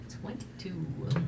Twenty-two